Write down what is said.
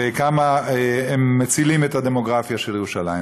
וכמה הם מצילים את הדמוגרפיה של ירושלים.